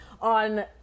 on